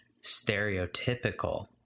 stereotypical